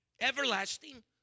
everlasting